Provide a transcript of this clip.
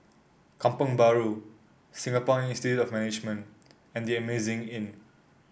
Kampong Bahru Singapore Institute of Management and The Amazing Inn